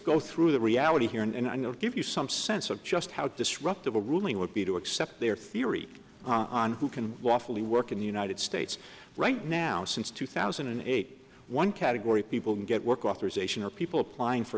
go through the reality here and i know give you some sense of just how disruptive a ruling would be to accept their theory on who can lawfully work in the united states right now since two thousand and eight one category people get work authorization or people applying for